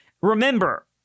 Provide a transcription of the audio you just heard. Remember